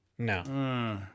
No